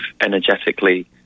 energetically